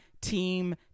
team